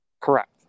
Correct